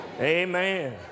Amen